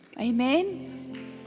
Amen